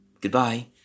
goodbye